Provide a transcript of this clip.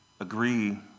agree